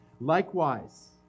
Likewise